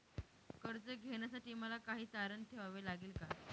कर्ज घेण्यासाठी मला काही तारण ठेवावे लागेल का?